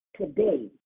today